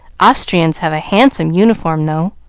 austrians have a handsome uniform, though.